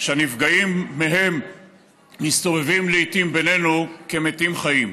שהנפגעים מהן מסתובבים לעיתים בינינו כמתים-חיים.